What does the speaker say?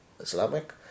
Islamic